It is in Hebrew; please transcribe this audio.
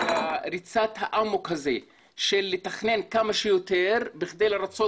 ריצת האמוק הזו של לתכנן כמה שיותר כדי לרצות